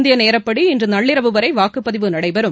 இந்திய நேரப்படி இன்று நள்ளிரவு வரை வாக்குப்பதிவு நடைபெறும்